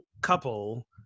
couple